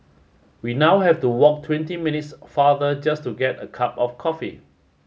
we now have to walk twenty minutes farther just to get a cup of coffee